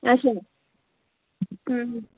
اَچھا